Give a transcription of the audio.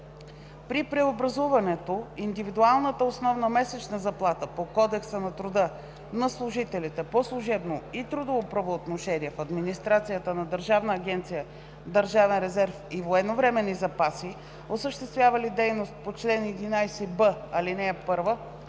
При преобразуването индивидуалната основна месечна заплата по Кодекса на труда на служителите по служебно и трудово правоотношение в администрацията на Държавна агенция „Държавен резерв и военновременни запаси“, осъществявали дейности по чл. 11б, ал. 1,